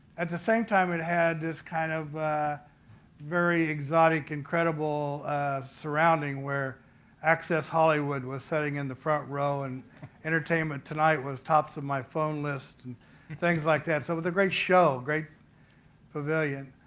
at the same time it had this kind of very exotic, incredible surrounding where access hollywood was sitting in the front row and entertainment tonight was top so of my phone list and things like that. so but a great show. great pavilion.